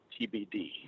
TBD